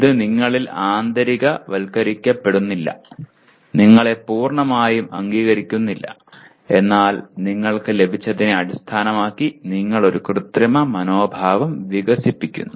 ഇത് നിങ്ങളിൽ ആന്തരികവൽക്കരിക്കപ്പെടുന്നില്ല നിങ്ങളെ പൂർണ്ണമായും അംഗീകരിക്കുന്നില്ല എന്നാൽ നിങ്ങൾക്ക് ലഭിച്ചതിനെ അടിസ്ഥാനമാക്കി നിങ്ങൾ ഒരു കൃത്രിമ മനോഭാവം വികസിപ്പിക്കുന്നു